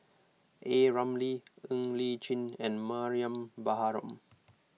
A Ramli Ng Li Chin and Mariam Baharom